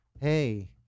Hey